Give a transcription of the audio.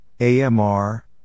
AMR